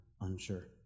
unsure